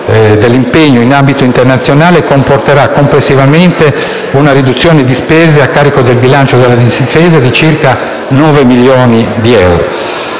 dell'impegno in ambito internazionale comporterà complessivamente una riduzione di spesa a carico del bilancio della Difesa di circa nove milioni di euro.